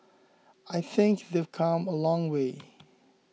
I think they've come a long way